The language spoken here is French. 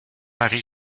marie